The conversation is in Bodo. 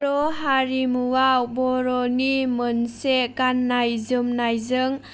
बर' हारिमुआव बर'नि मोनसे गाननाय जोमनायजों